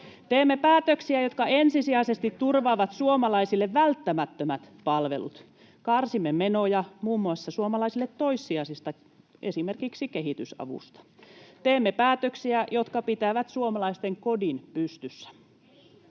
Teemme päätöksiä, jotka ensisijaisesti turvaavat suomalaisille välttämättömät palvelut. Karsimme menoja muun muassa suomalaisille toissijaisesta, esimerkiksi kehitysavusta. Teemme päätöksiä, jotka pitävät suomalaisten kodin pystyssä.